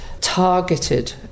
targeted